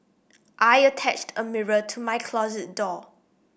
I attached a mirror to my closet door